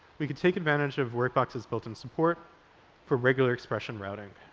we can take advantage of workbox's built-in support for regular expression routing.